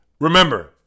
Remember